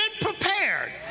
prepared